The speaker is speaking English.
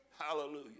hallelujah